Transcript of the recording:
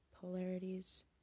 polarities